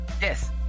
yes